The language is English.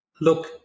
Look